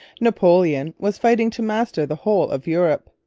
napoleon was fighting to master the whole of europe.